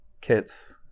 kits